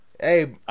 Hey